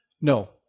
No